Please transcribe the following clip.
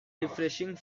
refreshing